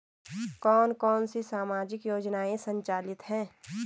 कौन कौनसी सामाजिक योजनाएँ संचालित है?